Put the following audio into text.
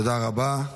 תודה רבה.